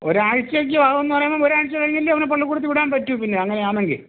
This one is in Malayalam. ഒരാഴ്ച്ച ഒക്കെ ആവും എന്ന് പറയുമ്പോൾ ഒരാഴ്ച്ച കഴിഞ്ഞല്ലേ അവനെ പള്ളിക്കൂടത്തിൽ വിടാൻ പറ്റൂ പിന്നെ അങ്ങനെയാണ് എങ്കിൽ